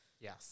Yes